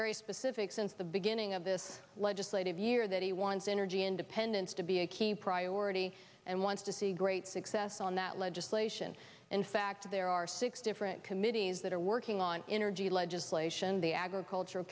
very specific since the beginning of this legislative year that he wants energy independence to be a key priority and wants to see great success on that legislation in fact there are six different committees that are working on energy legislation the agricultural